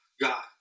God